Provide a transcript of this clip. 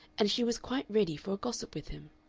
and she was quite ready for a gossip with him.